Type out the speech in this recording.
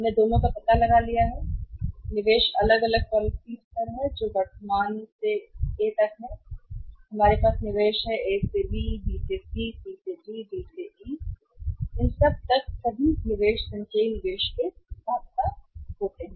हमने दोनों का पता लगा लिया है निवेश अलग अलग पॉलिसी स्तर हैं जो वर्तमान से ए तक हैं हमारे पास निवेश है ए से बी बी से सी सी से डी डी से ई तक सभी निवेश संचयी निवेश के साथ साथ होते हैं